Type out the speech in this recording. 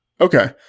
okay